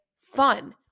fun